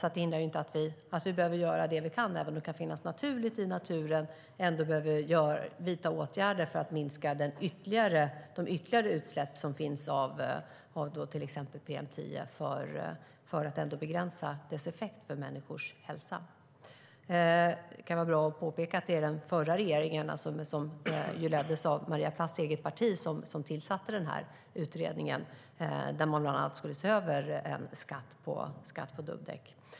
Att det kan finnas naturligt i världen betyder alltså inte att vi inte behöver göra det vi kan och vidta åtgärder för att minska ytterligare utsläpp av till exempel PM10, för att begränsa dess effekter på människors hälsa. Det kan vara bra att påpeka att det var den tidigare regeringen, som alltså leddes av Maria Plass eget parti, som tillsatte utredningen som bland annat skulle se över skatt på dubbdäck.